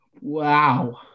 Wow